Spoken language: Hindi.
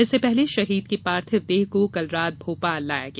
इससे पहले शहीद की पार्थिव देह को कल रात भोपाल लाया गया